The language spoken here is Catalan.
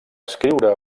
escriure